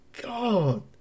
God